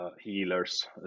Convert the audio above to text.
healers